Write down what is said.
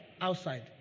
outside